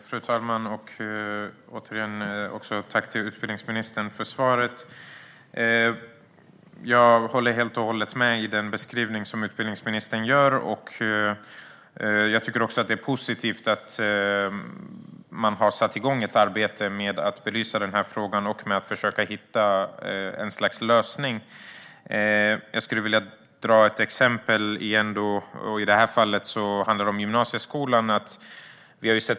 Fru talman! Återigen tack till utbildningsministern för svaret! Jag instämmer helt och hållet i den beskrivning som utbildningsministern ger. Jag tycker också att det är positivt att man har satt igång ett arbete med att belysa den här frågan och försöka hitta en sorts lösning. Jag skulle ändå vilja ta ett exempel. I det här fallet handlar det om gymnasieskolan.